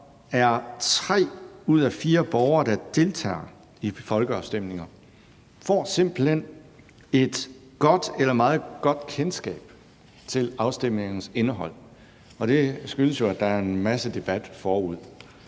ud af fire borgere, der deltager i folkeafstemninger, simpelt hen et godt eller meget godt kendskab til afstemningernes indhold. Det skyldes jo, at der er en masse debat forud.